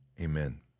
amen